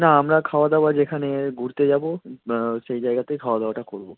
না আমরা খাওয়া দাওয়া যেখানে ঘুরতে যাবো সেই জায়গাতে খাওয়া দাওয়াটা করব